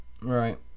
Right